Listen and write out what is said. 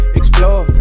explore